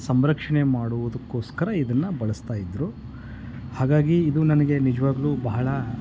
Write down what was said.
ಸಂರಕ್ಷಣೆ ಮಾಡುವುದುಕ್ಕೋಸ್ಕರ ಇದನ್ನು ಬಳಸ್ತಾ ಇದ್ದರು ಹಾಗಾಗಿ ಇದು ನನಗೆ ನಿಜವಾಗ್ಲು ಬಹಳ